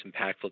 impactful